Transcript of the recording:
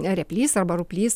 replys arba ruplys